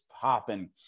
popping